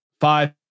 five